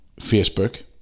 facebook